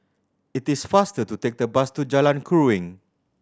it is faster to take the bus to Jalan Keruing